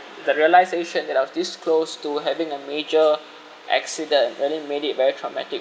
the realisation that I was this close to having a major accident really made it very traumatic